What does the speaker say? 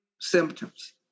symptoms